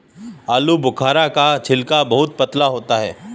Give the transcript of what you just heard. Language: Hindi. आलूबुखारा का छिलका बहुत पतला होता है